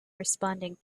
responding